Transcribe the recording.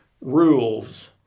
rules